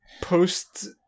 post